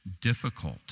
difficult